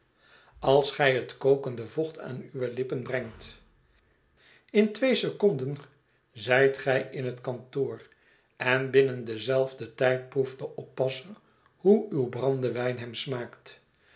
als gij het kokende vocht aan uwe lippen brengt in twee seconden zijt gij in het kantoor en binnen denzelfden tijd pro eft de oppasser hoe uw brandewijn hem smaakt